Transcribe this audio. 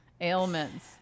ailments